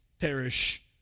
perish